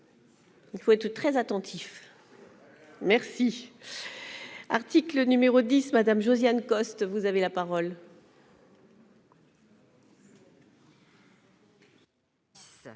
Il faut être très attentif merci article numéro 10 Madame Josiane Costes, vous avez la parole.